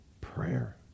prayer